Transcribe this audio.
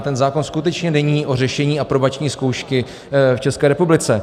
Ten zákon skutečně není o řešení aprobační zkoušky v České republice.